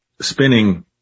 spinning